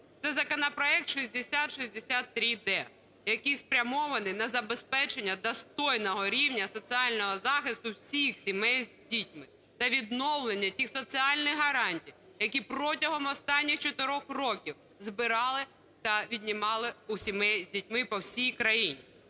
Це законопроект 6063-д, який спрямований на забезпечення достойного рівня соціального захисту всіх сімей з дітьми. Це відновлення тих соціальних гарантій, які протягом останніх чотирьох років збирали та віднімали у сімей з дітьми по всій країні.